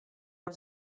was